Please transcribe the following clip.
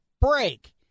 break